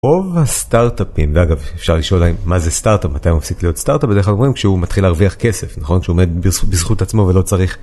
רוב הסטארטאפים, ואגב, אפשר לשאול מה זה סטארטאפ, מתי הוא מפסיק להיות סטארטאפ, בדרך כלל אומרים כשהוא מתחיל להרוויח כסף, נכון? כשהוא עומד בזכות עצמו ולא צריך...